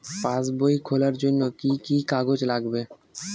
পাসবই খোলার জন্য কি কি কাগজ লাগবে?